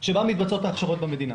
בה מתבצעות ההכשרות במדינה.